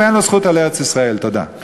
אני מודה, לא מקבלים.